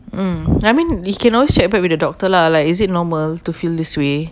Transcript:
mm I mean you can always check back with the doctor lah like is it normal to feel this way